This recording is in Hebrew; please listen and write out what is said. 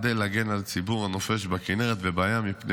כדי להגן על הציבור הנופש בכנרת ובים מפני